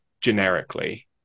generically